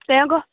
তেওঁ আকৌ